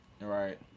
right